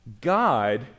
God